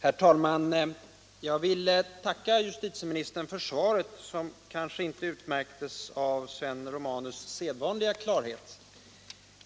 Herr talman! Jag vill tacka justitieministern för svaret, som kanske inte utmärktes av Sven Romanus sedvanliga klarhet.